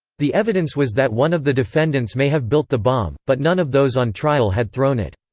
the evidence was that one of the defendants may have built the bomb, but none of those on trial had thrown it.